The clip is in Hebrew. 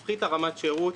נפחית את רמת השירות